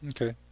Okay